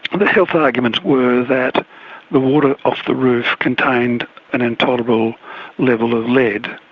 the health arguments were that the water off the roof contained an intolerable level of lead.